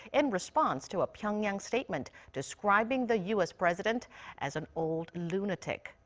in response to a pyongyang statement describing the u s. president as an old lunatic.